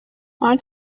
want